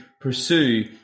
pursue